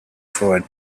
forward